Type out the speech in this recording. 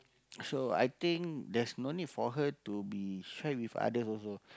do I think there's no need for her to be share with others also